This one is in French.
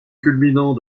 culminant